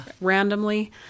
randomly